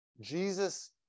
Jesus